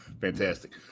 fantastic